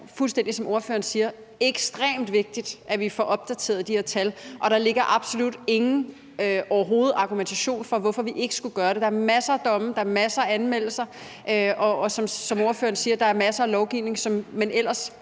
fuldstændig som ordføreren siger, ekstremt vigtigt, at vi får opdateret de her tal. Der ligger absolut overhovedet ingen argumentation for, hvorfor vi ikke skulle gøre det. Der er masser af domme, og der er masser af anmeldelser og, som ordføreren siger, masser af lovgivning – og